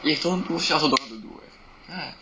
if don't do shirt I also don't know what to do eh !aiya!